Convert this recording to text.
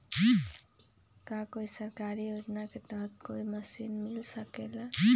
का कोई सरकारी योजना के तहत कोई मशीन मिल सकेला?